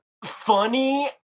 Funny